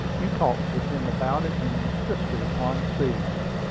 you talked with him about it, and insisted upon seeing me.